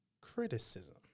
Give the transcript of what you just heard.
criticism